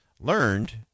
learned